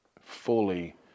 fully